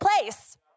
place